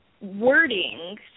wording